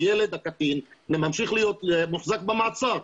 הילד הקטין ממשיך להיות מוחזק במעצר.